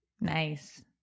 Nice